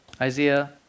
Isaiah